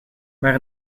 maar